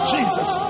Jesus